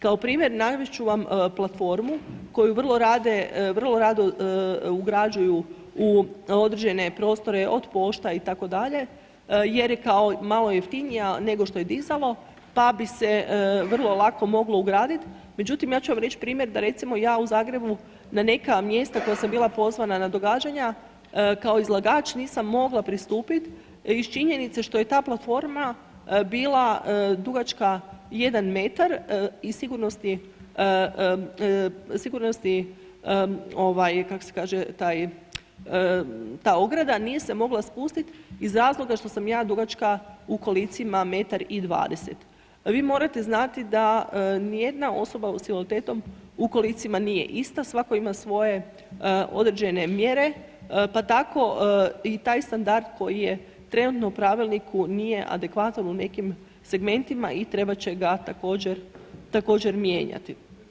Kao primjer navest ću vam platformu koju vrlo rado ugrađuju u određene prostore, od pošta itd., jer je kao malo jeftinija nego što je dizalo, pa bi se vrlo lako moglo ugradit, međutim, ja ću vam reć primjer da recimo ja u Zagrebu na neka mjesta koja sam bila pozvana na događanja kao izlagač, nisam mogla pristupit iz činjenice što je ta platforma bila dugačka 1m iz sigurnosti, ovaj, kako se kaže taj, ta ograda nije se mogla spustit iz razloga što sam ja dugačka u kolicima 1,20 m. Vi morate znati da nijedna osoba s invaliditetom u kolicima nije ista, svatko ima svoje određene mjere, pa tako i taj standard koji je trenutno u pravilniku nije adekvatan u nekim segmentima i trebat će ga također, također mijenjati.